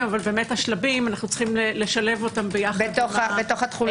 אבל השלבים צריך לשלבם בתוך התחילה.